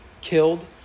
killed